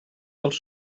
dels